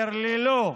טרללו,